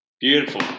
beautiful